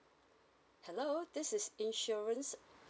hello this is insurance